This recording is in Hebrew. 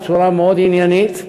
בצורה מאוד עניינית,